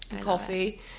Coffee